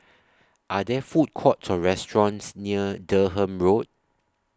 Are There Food Courts Or restaurants near Durham Road